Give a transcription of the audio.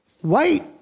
white